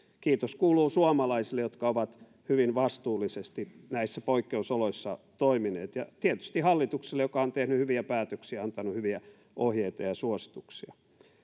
kiitos kuuluu suomalaisille jotka ovat hyvin vastuullisesti näissä poikkeusoloissa toimineet ja tietysti hallitukselle joka on tehnyt hyviä päätöksiä antanut hyviä ohjeita ja suosituksia